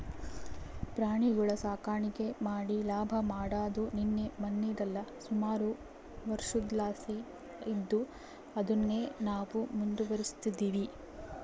ಪ್ರಾಣಿಗುಳ ಸಾಕಾಣಿಕೆ ಮಾಡಿ ಲಾಭ ಮಾಡಾದು ನಿನ್ನೆ ಮನ್ನೆದಲ್ಲ, ಸುಮಾರು ವರ್ಷುದ್ಲಾಸಿ ಇದ್ದು ಅದುನ್ನೇ ನಾವು ಮುಂದುವರಿಸ್ತದಿವಿ